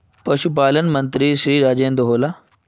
पशुपालन मंत्री श्री राजेन्द्र होला?